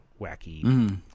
wacky